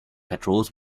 patrols